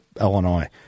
Illinois